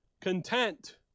content